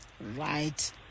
Right